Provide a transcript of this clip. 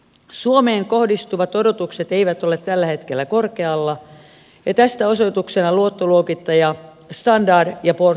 suomeen kohdistuvat odotukset eivät ole tällä hetkellä korkealla ja tästä on osoituksena luottoluokittaja standard poorsin toiminta